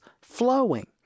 flowing